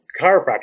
chiropractor